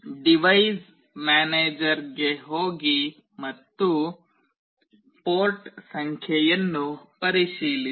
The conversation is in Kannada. ಡಿವೈಸ್ ಮ್ಯಾನೇಜರ್ಗೆ ಹೋಗಿ ಮತ್ತು ಪೋರ್ಟ್ ಸಂಖ್ಯೆಯನ್ನು ಪರಿಶೀಲಿಸಿ